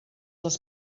les